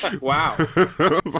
Wow